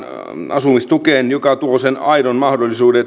asumistukeen joka tuo sen aidon mahdollisuuden